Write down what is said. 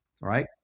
right